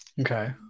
Okay